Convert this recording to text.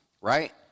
right